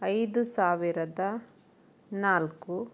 ಐದು ಸಾವಿರದ ನಾಲ್ಕು